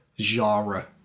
genre